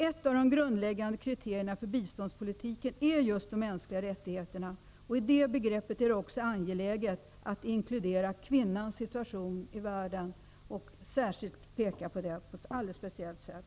Ett av de grundläggande kriterierna för biståndspolitiken är just de mänskliga rättigheterna. I det begreppet är det också angeläget att inkludera kvinnans situation i världen och särskilt peka på den på ett alldeles speciellt sätt.